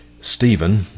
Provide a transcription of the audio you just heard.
Stephen